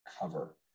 cover